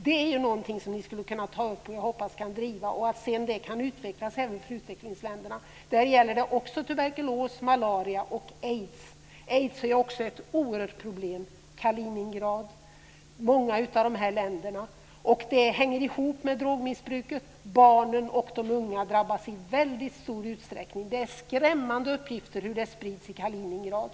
Detta är någonting som ni skulle kunna ta upp och som jag hoppas att ni kan driva för att sedan utvecklas till att användas i utvecklingsländerna. Där gäller det bekämpning av tuberkulos, malaria och aids. Aids är också ett oerhört stort problem i Kaliningrad och i många av östländerna. Det hänger samman med drogmissbruket. Barnen och de unga drabbas i väldigt stor utsträckning. Det är skrämmande uppgifter om hur sjukdomen sprids i Kaliningrad.